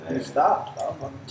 Stop